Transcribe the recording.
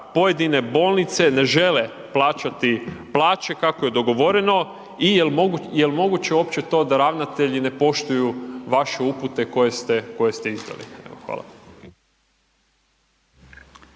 pojedine bolnice ne žele plaćati plaće kako je dogovoreno i jel moguće uopće to da ravnatelji ne poštuju vaše upute koje ste, koje